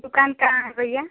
दुकान कहाँ है भैया